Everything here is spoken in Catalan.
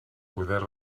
poder